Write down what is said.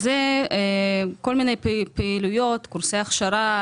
קורסי הכשרה,